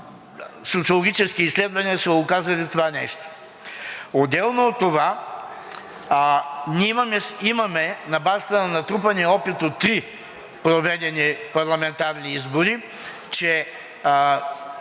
социологически изследвания са казали това нещо. Отделно от това, имаме на базата на натрупания опит от три проведени парламентарни избори, че